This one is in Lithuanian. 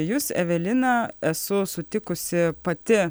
jus evelina esu sutikusi pati